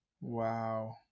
Wow